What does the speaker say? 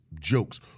jokes